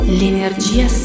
l'energia